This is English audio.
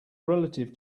relative